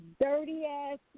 dirty-ass